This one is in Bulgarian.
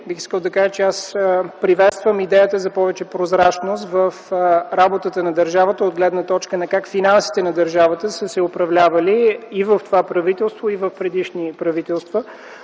Бих искал да кажа, че аз приветствам идеята за повече прозрачност в работата на държавата от гледна точка как финансите на държавата са се управлявали и в това правителство, а и в предишни правителства.